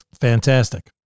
Fantastic